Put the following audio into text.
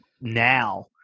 now